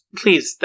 please